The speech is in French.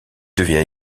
devient